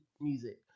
music